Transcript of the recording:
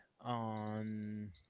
on